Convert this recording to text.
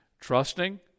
trusting